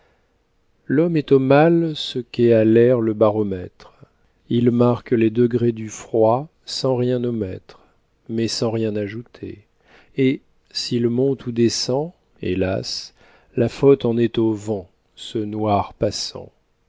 l'homme est au mal ce qu'est à l'air le baromètre il marque les degrés du froid sans rien omettre mais sans rien ajouter et s'il monte ou descend hélas la faute en est au vent ce noir passant